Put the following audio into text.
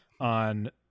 on